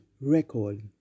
record